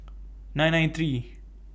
nine nine three